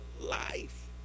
life